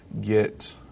get